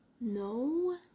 No